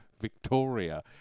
Victoria